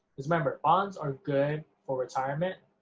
just remember, bonds are good for retirement,